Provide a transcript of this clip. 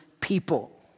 people